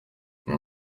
uyu